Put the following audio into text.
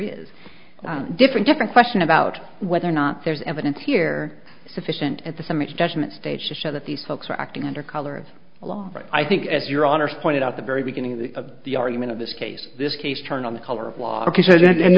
is a different different question about whether or not there's evidence here sufficient at the summit judgment stage to show that these folks are acting under color of law i think as your honour's pointed out the very beginning of the of the argument of this case this case turn on the color of law he said and